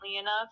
enough